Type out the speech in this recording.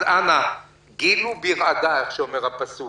אז אנא, "גילו ברעדה", כפי שאומר הפסוק.